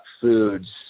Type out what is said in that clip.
foods